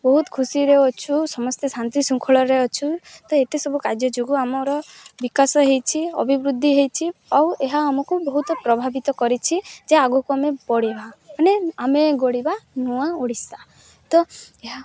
ବହୁତ ଖୁସିରେ ଅଛୁ ସମସ୍ତେ ଶାନ୍ତି ଶୃଙ୍ଖଳାରେ ଅଛୁ ତ ଏତେ ସବୁ କାର୍ଯ୍ୟ ଯୋଗୁଁ ଆମର ବିକାଶ ହେଇଛି ଅଭିବୃଦ୍ଧି ହେଇଛି ଆଉ ଏହା ଆମକୁ ବହୁତ ପ୍ରଭାବିତ କରିଛି ଯେ ଆଗକୁ ଆମେ ବଢ଼ିବା ମାନେ ଆମେ ଗଢିବା ନୂଆ ଓଡ଼ିଶା ତ ଏହା